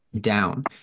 down